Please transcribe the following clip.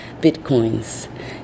bitcoins